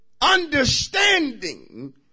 understanding